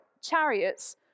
chariots